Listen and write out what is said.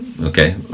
Okay